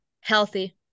Healthy